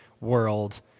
world